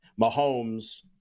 Mahomes